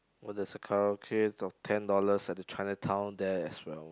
oh there's a karaoke of ten dollars at the Chinatown there as well